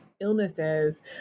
illnesses